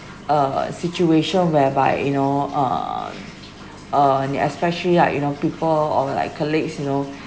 uh situation whereby you know uh uh and especially like you know people or like colleagues you know